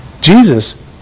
Jesus